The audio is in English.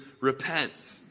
repent